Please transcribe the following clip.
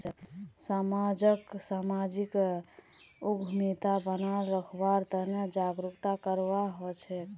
समाजक सामाजिक उद्यमिता बनाए रखवार तने जागरूकता करवा हछेक